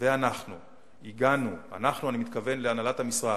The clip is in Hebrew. ואנחנו הגענו, "אנחנו", אני מתכוון להנהלת המשרד,